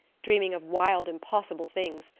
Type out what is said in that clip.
dreaming of wild, impossible things,